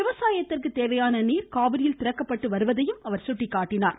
விவசாயத்திற்கு தேவையான நீர் காவிரியில் திறக்கப்பட்டு வருவதாகவும் அவர் சுட்டிக்காட்டினார்